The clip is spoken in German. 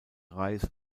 reis